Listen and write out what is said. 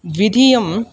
द्वितीयं